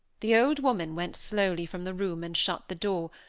the old woman went slowly from the room and shut the door,